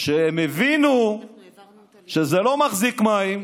כשהם הבינו שזה לא מחזיק מים, הם